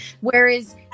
whereas